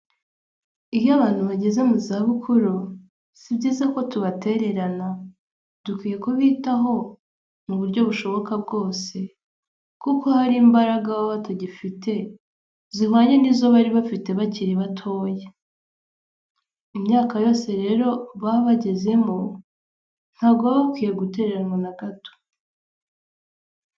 Iyo abantu bageze mu zabukuru si byiza ko tubatererana dukwiye kubitaho muburyo bushoboka bwose kuko hari imbaraga batagifite zihwanye n'izo bari bafite bakiri batoya imyaka yose rero babagezemo ntago baba bakwiye gutereranwa na gato.